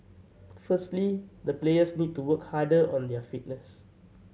firstly the players need to work harder on their fitness